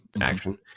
action